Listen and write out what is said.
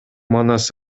манас